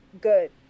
good